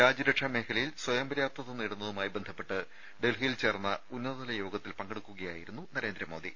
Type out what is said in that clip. രാജ്യരക്ഷാ മേഖലയിൽ സ്വയം പര്യാപ്തത നേടുന്നതുമായി ബന്ധപ്പെട്ട് ഡൽഹിയിൽ ചേർന്ന ഉന്നതതല യോഗത്തിൽ പങ്കെടുക്കുകയായിരുന്നു നരേന്ദ്രമോദി